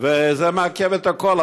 וזה מעכב את הכול,